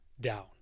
down